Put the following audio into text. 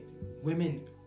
Women